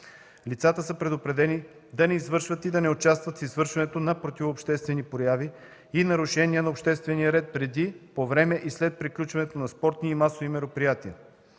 Лицата са предупредени да не извършват и да не участват в извършването на противообществени прояви и нарушения на обществения ред преди, по време и след приключването на спортни и масови мероприятия.